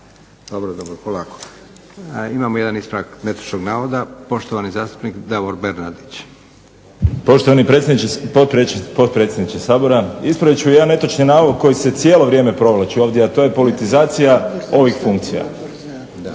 Dobro, dobro. Polako. Imamo jedan ispravak netočnog navoda poštovani zastupnik Davor Bernardić. **Bernardić, Davor (SDP)** Poštovani potpredsjedniče Sabora, ispravit ću jedan netočni navod koji se cijelo vrijeme provlači ovdje, a to je politizacija ovih funkcija. Ovaj